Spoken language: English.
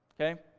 Okay